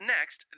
Next